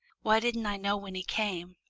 why didn't i know when he came?